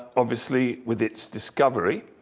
obviously with its discovery